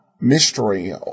Mystery